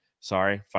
Sorry